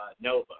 Nova